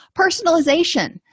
Personalization